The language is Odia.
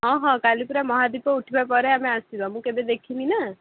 ହଁ ହଁ କାଲି ପୁରା ମହାଦୀପ ଉଠିବା ପରେ ଆମେ ଆସିବା ମୁଁ କେବେ ଦେଖିନି ନା